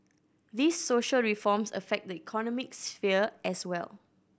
these social reforms affect the economic sphere as well